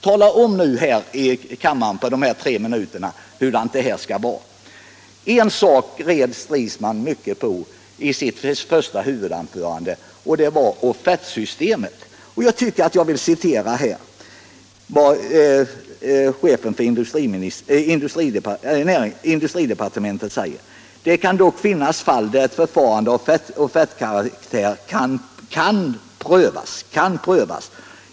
Tala om för kammaren under nästa replik på tre minuter hur det skall vara! En sak red herr Stridsman på i sitt första anförande, nämligen offertsystemet. Jag vill citera vad chefen för industridepartementet säger: ”Det kan dock finnas fall där ett förfarande av offertkaraktär kan prövas.